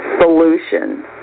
solution